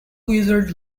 wizard